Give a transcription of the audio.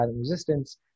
resistance